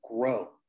grow